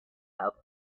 help